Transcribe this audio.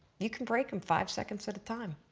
you can break them five seconds at a time.